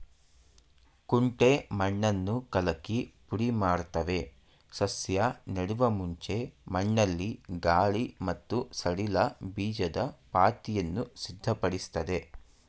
ಕುಂಟೆ ಮಣ್ಣನ್ನು ಕಲಕಿ ಪುಡಿಮಾಡ್ತವೆ ಸಸ್ಯ ನೆಡುವ ಮುಂಚೆ ಮಣ್ಣಲ್ಲಿ ಗಾಳಿ ಮತ್ತು ಸಡಿಲ ಬೀಜದ ಪಾತಿಯನ್ನು ಸಿದ್ಧಪಡಿಸ್ತದೆ